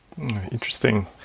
Interesting